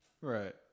Right